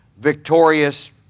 victorious